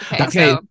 okay